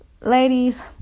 ladies